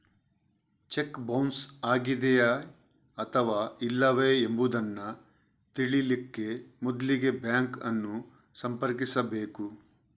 check bounce ಆಗಿದೆಯೇ ಅಥವಾ ಇಲ್ಲವೇ ಎಂಬುದನ್ನ ತಿಳೀಲಿಕ್ಕೆ ಮೊದ್ಲಿಗೆ ಬ್ಯಾಂಕ್ ಅನ್ನು ಸಂಪರ್ಕಿಸ್ಬೇಕು